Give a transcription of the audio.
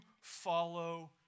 follow